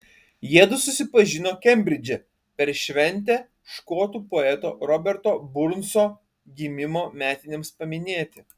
jiedu susipažino kembridže per šventę škotų poeto roberto burnso gimimo metinėms paminėti